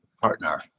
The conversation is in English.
partner